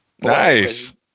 nice